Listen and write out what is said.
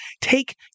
take